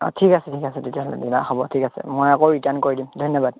অঁ ঠিক আছে ঠিক আছে তেতিয়াহ'লে দাদা হ'ব ঠিক আছে মই আকৌ ৰিটাৰ্ণ কৰি দিম ধন্যবাদ